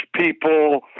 people